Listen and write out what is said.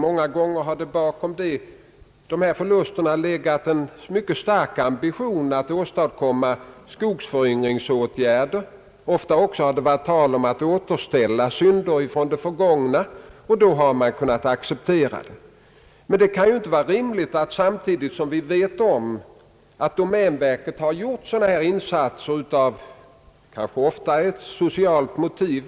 Många gånger har bakom dessa förluster legat en mycket stark ambition att vidta skogsföryngringsåtgärder, och ofta har det varit tal om att avhjälpa följderna av synder i det förgångna. Vi vet att domänverket har gjort stora insatser, ofta av socialt motiv.